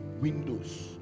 windows